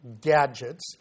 gadgets